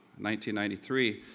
1993